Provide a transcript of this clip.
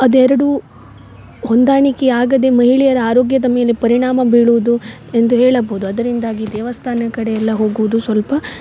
ಅದೆರಡು ಹೊಂದಾಣಿಕೆಯಾಗದೆ ಮಹಿಳೆಯರ ಆರೋಗ್ಯದ ಮೇಲೆ ಪರಿಣಾಮ ಬೀಳುದು ಎಂದು ಹೇಳಬೌದು ಅದರಿಂದಾಗಿ ದೇವಸ್ಥಾನ ಕಡೆ ಎಲ್ಲ ಹೋಗುದು ಸ್ವಲ್ಪ